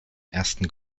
ersten